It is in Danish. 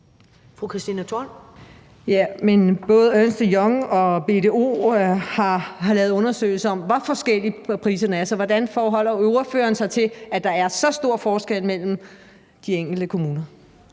Christina Thorholm (RV): Men både Ernst & Young og BDO har lavet undersøgelser af, hvor forskellige priserne er. Så hvordan forholder ordføreren sig til, at der er så stor forskel mellem de enkelte kommuner?